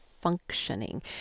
functioning